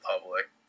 public